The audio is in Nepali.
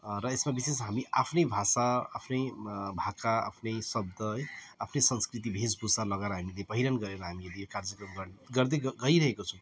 र यसमा विशेष हामी आफ्नै भाषा आफ्नै आफ्नै भाका आफ्नै शब्द है आफ्नै संस्कृति वेशभूषा लगाएर हामीले पहिरन गरेर हामीहरूले यो कार्यक्रम गर्दै गइरहेको छौँ